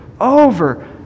over